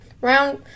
round